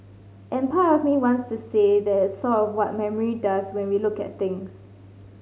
and part of me wants to say that it's sort of what memory does when we look at things